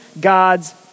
God's